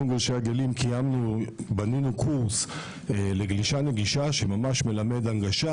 גולשי הגלים בנינו קורס לגלישה נגישה שממש מלמד הנגשה,